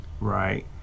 right